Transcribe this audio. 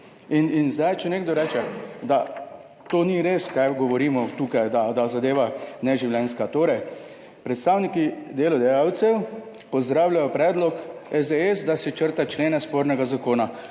In če nekdo reče, da to ni res, kar govorimo tukaj, da je zadeva neživljenjska, predstavniki delodajalcev torej pozdravljajo predlog SDS, da se črta člene spornega zakona,